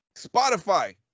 Spotify